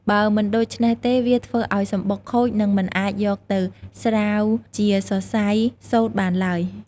បើមិនដូច្នេះទេវាធ្វើឱ្យសំបុកខូច នឹងមិនអាចយកទៅស្រាវជាសរសៃសូត្របានឡើយ។